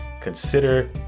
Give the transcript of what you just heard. consider